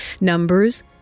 Numbers